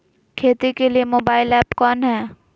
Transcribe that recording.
खेती के लिए मोबाइल ऐप कौन है?